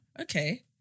okay